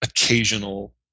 occasional